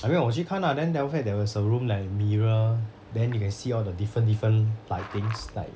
I mean 我去看啦 then after that there was a room like mirror then you can see all the different different lightings like